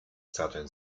southern